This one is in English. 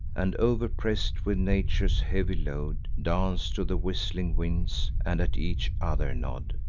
and, overpress'd with nature's heavy load, dance to the whistling winds, and at each other nod.